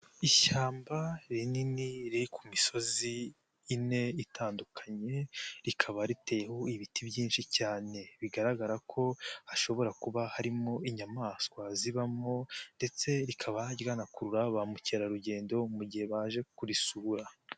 Ishyamba rinini, riri ku misozi ine itandukanye, rikaba riteyewe ibiti byinshi cyane, bigaragara ko hashobora kuba harimo inyamaswa zibamo ndetse rikaba ryanakurura ba mukerarugendo, mu gihe baje kurisura.